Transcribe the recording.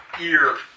ear